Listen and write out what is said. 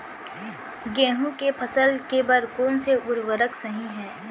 गेहूँ के फसल के बर कोन से उर्वरक सही है?